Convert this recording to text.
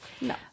No